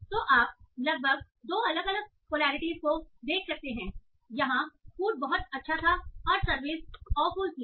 तो आप लगभग 2 अलग अलग पोलैरिटीस को देख सकते हैं यहां फूड बहुत अच्छा था और सर्विस आवफुल थी